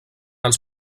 els